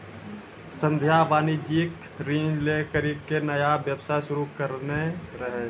संध्या वाणिज्यिक ऋण लै करि के नया व्यवसाय शुरू करने रहै